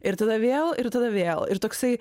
ir tada vėl ir tada vėl ir toksai